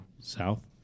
south